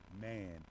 man